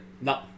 No